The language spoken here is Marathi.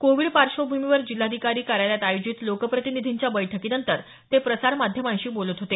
कोविड पार्श्वभूमीवर जिल्हाधिकारी कार्यालयात आयोजित लोकप्रतिनिधींच्या बैठकीनंतर ते प्रसार माध्यमांशी बोलत होते